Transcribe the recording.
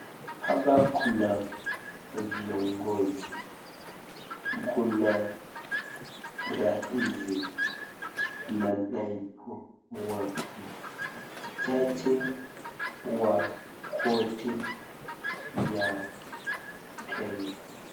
Hapa kuna viongozi kuna rais na naibu wake jaji wa koti ya kenya.